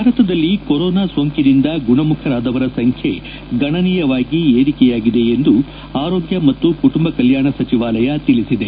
ಭಾರತದಲ್ಲಿ ಕೊರೋನಾ ಸೋಂಕಿನಿಂದ ಗುಣಮುಖರಾದವರ ಸಂಖ್ಯೆ ಗಣನೀಯವಾಗಿ ಏರಿಕೆಯಾಗಿದೆ ಎಂದು ಆರೋಗ್ಯ ಮತ್ತು ಕುಟುಂಬ ಕಲ್ಯಾಣ ಸಚಿವಾಲಯ ತಿಳಿಸಿದೆ